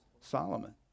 Solomon